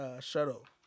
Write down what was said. shuttle